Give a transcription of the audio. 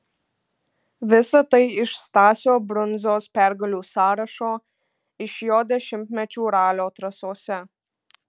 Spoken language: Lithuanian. visa tai iš stasio brundzos pergalių sąrašo iš jo dešimtmečių ralio trasose